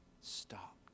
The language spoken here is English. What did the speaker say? stopped